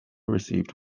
received